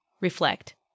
Reflect